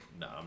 No